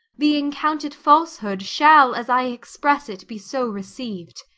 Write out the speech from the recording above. being counted falsehood, shall, as i express it, be so receiv'd.